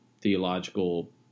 theological